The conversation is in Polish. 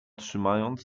trzymając